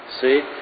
see